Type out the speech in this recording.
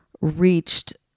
reached